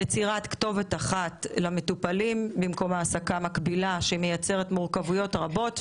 יצירת כתובת אחת למטופלים במקום העסקה מקבילה שמייצרת מורכבויות רבות,